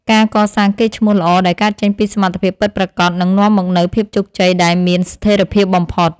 ការកសាងកេរ្តិ៍ឈ្មោះល្អដែលកើតចេញពីសមត្ថភាពពិតប្រាកដនឹងនាំមកនូវភាពជោគជ័យដែលមានស្ថិរភាពបំផុត។